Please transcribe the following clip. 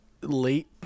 late